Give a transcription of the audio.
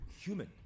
human